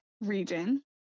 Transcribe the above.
region